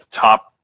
top